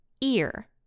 ear